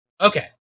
Okay